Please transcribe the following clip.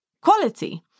quality